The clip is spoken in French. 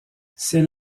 c’est